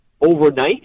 overnight